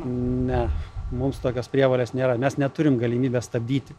ne mums tokios prievolės nėra nes neturim galimybės stabdyti